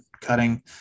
cutting